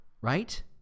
right